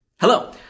Hello